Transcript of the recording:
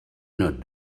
not